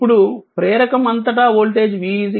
ఇప్పుడు ప్రేరకం అంతటా voltage v L di dt L 0